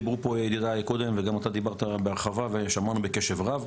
דיברתם בהרחבה ושמענו בקשב רב.